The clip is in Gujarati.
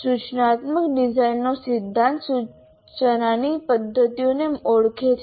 સૂચનાત્મક ડિઝાઇનનો સિદ્ધાંત સૂચનાની પદ્ધતિઓને ઓળખે છે